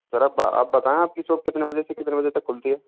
sir आप आप बताए आपकी शॉप कितने बजे से कितने बजे तक खुलती है